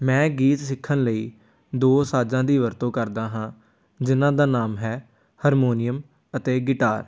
ਮੈਂ ਗੀਤ ਸਿੱਖਣ ਲਈ ਦੋ ਸਾਜ਼ਾਂ ਦੀ ਵਰਤੋਂ ਕਰਦਾ ਹਾਂ ਜਿਹਨਾਂ ਦਾ ਨਾਮ ਹੈ ਹਰਮੋਨੀਅਮ ਅਤੇ ਗਿਟਾਰ